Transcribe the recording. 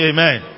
Amen